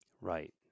Right